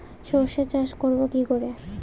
সর্ষে চাষ করব কি করে?